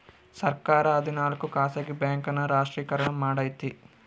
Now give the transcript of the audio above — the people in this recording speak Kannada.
ಸರ್ಕಾರ ಹದಿನಾಲ್ಕು ಖಾಸಗಿ ಬ್ಯಾಂಕ್ ನ ರಾಷ್ಟ್ರೀಕರಣ ಮಾಡೈತಿ